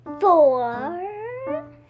Four